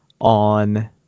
on